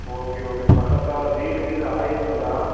okay okay பக்கத்தில் வீடு கீடு ஆகிருக்குங்ளா